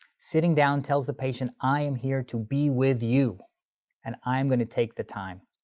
sitting down tells the patient, i am here to be with you and i'm gonna take the time.